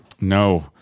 No